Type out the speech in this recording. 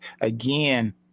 again